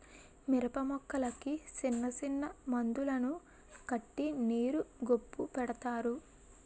మిరపమొక్కలకి సిన్నసిన్న మందులను కట్టి నీరు గొప్పు పెడతారు